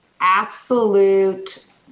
absolute